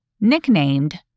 nicknamed